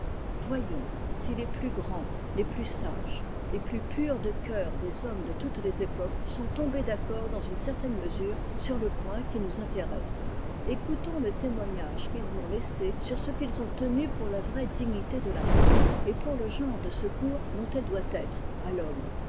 voyons si les plus grands les plus sages les plus purs de cœur des hommes de toutes les époques sont tombés d'accord dans une certaine mesure sur le point qui nous intéresse ecoutons le témoignage qu'ils ontlaissé sur ce qu'ils ont tenu pour la vraie dignité de la femme et pour le genre de secours dont eue doit être à l'homme